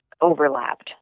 overlapped